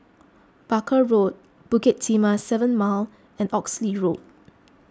Barker Road Bukit Timah seven Mile and Oxley Road